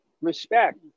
respect